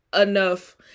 enough